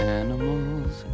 animals